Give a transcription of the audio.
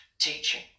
teaching